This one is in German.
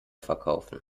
verkaufen